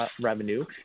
revenue